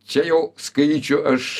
čia jau skaičių aš